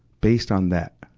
based on that.